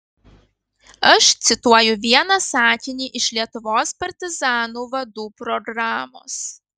aš cituoju vieną sakinį iš lietuvos partizanų vadų programos